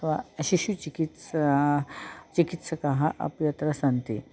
अथवा शिशुचिकित्सकाः चिकित्सकाः अपि अत्र सन्ति